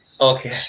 Okay